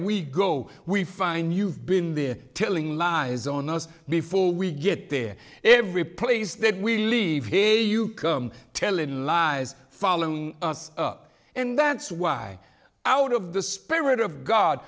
we go we find you've been there telling lies on us before we get there every place that we leave here you come tellin lies follow us up and that's why out of the spirit of god